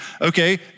Okay